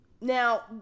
now